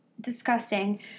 Disgusting